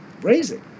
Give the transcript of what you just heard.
Raising